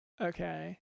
Okay